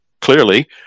clearly